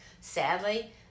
Sadly